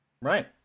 right